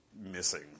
missing